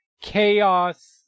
chaos